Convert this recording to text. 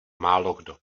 málokdo